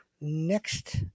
Next